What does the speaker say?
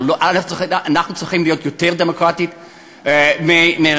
אנחנו צריכים להיות יותר דמוקרטיים מאמריקה?